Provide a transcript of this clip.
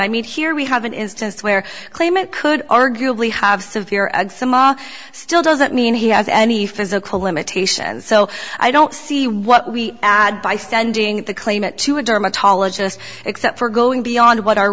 i mean here we have an instance where claimant could arguably have severe and some are still does that mean he has any physical limitations so i don't see what we add by sending the claimant to a dermatologist except for going beyond what our